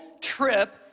trip